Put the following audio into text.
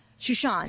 Shushan